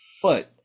foot